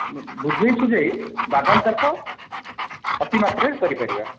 ବୁଝେଇ ସୁଝେଇ ବାଦାମ ଚାଷ ଅତି ମାତ୍ରାରେ କରିପାରିବା